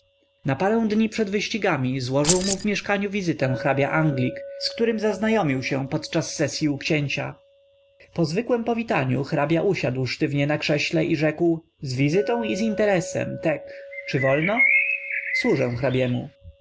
na parę dni przed wyścigami złożył mu w mieszkaniu wizytę hrabia-anglik z którym zaznajomił się podczas sesyi u księcia po zwykłem powitaniu hrabia usiadł sztywnie na krześle i rzekł z wizytą i z interesem tek czy wolno służę